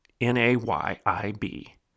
N-A-Y-I-B